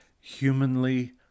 humanly